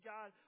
God